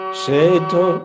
seto